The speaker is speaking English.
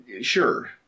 sure